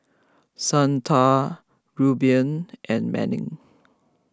Santa Reuben and Manning